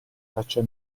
faccia